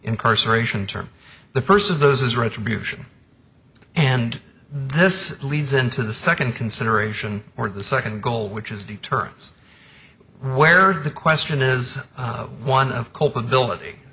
incarceration term the first of those is retribution and this leads into the second consideration or the second goal which is deterrence where the question is one of culpability